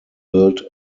built